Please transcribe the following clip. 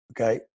Okay